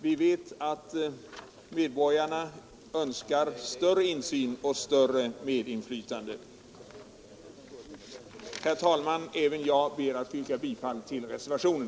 Vi vet att medborgarna önskar större insyn och större medinflytande. Herr talman! Även jag ber att få yrka bifall till reservationen.